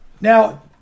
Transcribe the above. Now